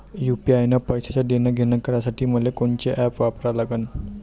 UPI न पैशाचं देणंघेणं करासाठी मले कोनते ॲप वापरा लागन?